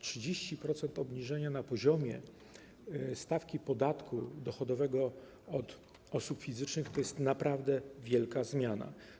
30% obniżenia na poziomie stawki podatku dochodowego od osób fizycznych to jest naprawdę wielka zmiana.